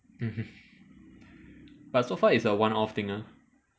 but so far it's a one off thing ah